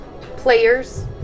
Players